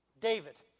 David